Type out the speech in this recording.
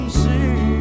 see